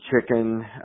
chicken